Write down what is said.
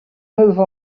move